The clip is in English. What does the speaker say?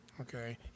Okay